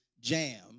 jam